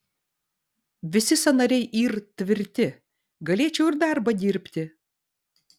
visi sąnariai yr tvirti galėčiau ir darbą dirbti